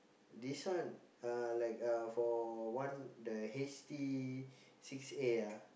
this one uh like uh for one the H_T-six-A ah